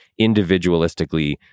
individualistically